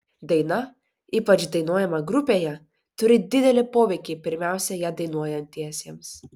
daina ypač dainuojama grupėje turi didelį poveikį pirmiausia ją dainuojantiesiems